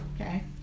okay